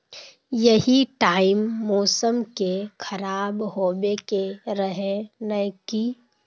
यही टाइम मौसम के खराब होबे के रहे नय की?